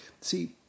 see